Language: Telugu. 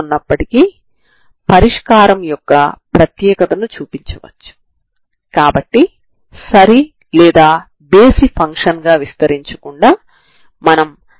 ఒకటి డి' ఆలెంబెర్ట్ సమస్య అవుతుంది మరియు రెండవది నాన్ హోమోజీనియస్ సమస్య అవుతుంది